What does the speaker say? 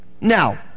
Now